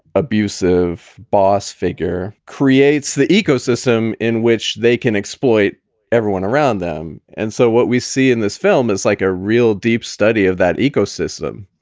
abusive boss figure creates the ecosystem in which they can exploit everyone around them and so what we see in this film is like a real deep study of that ecosystem.